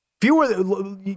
Fewer